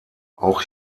auch